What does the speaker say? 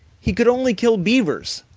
he could only kill beavers.